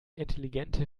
intelligente